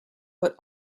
but